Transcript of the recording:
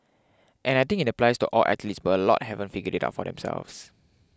and I think it applies to all athletes but a lot haven't figured it out for themselves